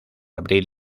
abril